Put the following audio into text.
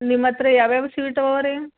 ನಿಮ್ಮ ಹತ್ರ ಯಾವ್ಯಾವ ಸ್ವೀಟ್ ಅವೆ ರೀ